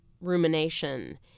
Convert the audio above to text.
rumination